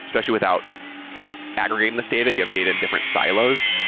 especially without aggregating this data, you have data in different silos.